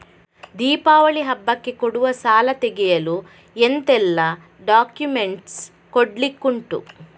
ದೀಪಾವಳಿ ಹಬ್ಬಕ್ಕೆ ಕೊಡುವ ಸಾಲ ತೆಗೆಯಲು ಎಂತೆಲ್ಲಾ ಡಾಕ್ಯುಮೆಂಟ್ಸ್ ಕೊಡ್ಲಿಕುಂಟು?